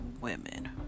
women